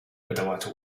bedauerte